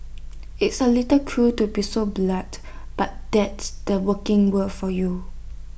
it's A little cruel to be so blunt but that's the working world for you